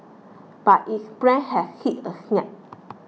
but its plan has hit a snag